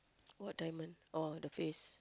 what diamond oh the face